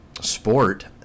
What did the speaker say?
sport